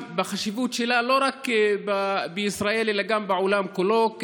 והחשיבות שלה היא לא רק בישראל אלא גם בעולם כולו,